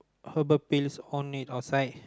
herbal pills on it outside